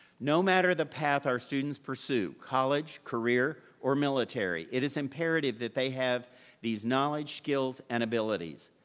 no matter the path our students pursue, college, career or military, it is imperative that they have these knowledge, skills, and abilities.